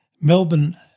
Melbourne